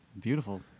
Beautiful